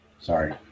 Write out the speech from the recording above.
Sorry